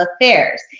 affairs